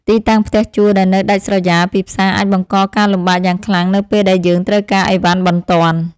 ការស្នាក់នៅជិតតំបន់ពាណិជ្ជកម្មជួយឱ្យការរស់នៅប្រចាំថ្ងៃមានភាពរស់រវើកនិងពោរពេញដោយភាពងាយស្រួល។